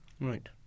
Right